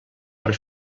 per